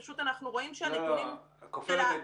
פשוט אנחנו רואים שהנתונים של --- לא, לא.